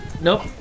Nope